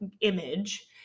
image